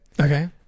Okay